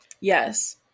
Yes